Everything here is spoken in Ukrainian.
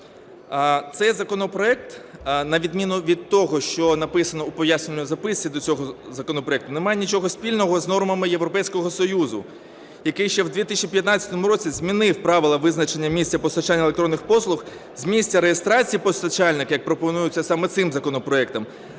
Цей законопроект на відміну від того, що написано в пояснювальній записці до цього законопроекту, не має нічого спільного з нормами Європейського Союзу, який ще в 2015 році змінив правила визначення місця постачання електронних послуг з місця реєстрації постачальника, як пропонується саме цим законопроектом,